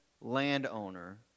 landowner